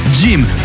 Gym